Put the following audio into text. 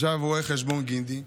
ישב רואה חשבון גינדי,